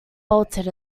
bolted